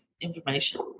information